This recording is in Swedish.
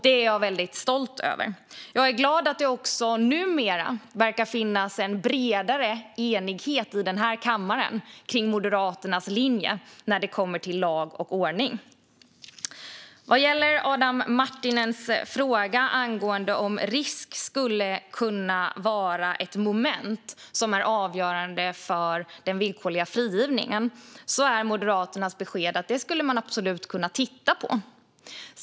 Detta är jag stolt över, och jag är glad över att det numera verkar finnas en bredare enighet i denna kammare kring Moderaternas linje när det kommer till lag och ordning. Vad gäller Adam Marttinens fråga angående om risk skulle kunna vara ett moment som är avgörande för den villkorliga frigivningen är Moderaternas besked att man absolut skulle kunna titta på detta.